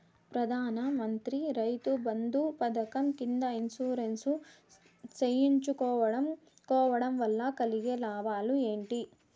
ప్రధాన మంత్రి రైతు బంధు పథకం కింద ఇన్సూరెన్సు చేయించుకోవడం కోవడం వల్ల కలిగే లాభాలు ఏంటి?